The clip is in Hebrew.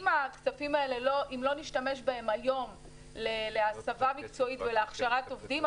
אם לא נשתמש בכספים האלה היום להסבה מקצועית ולהכשרת עובדים,